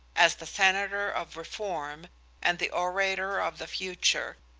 as the senator of reform and the orator of the future,